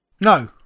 No